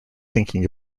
thinking